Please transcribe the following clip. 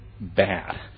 bad